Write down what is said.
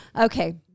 okay